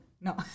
No